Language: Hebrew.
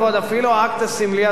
אפילו האקט הסמלי הזה,